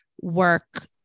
work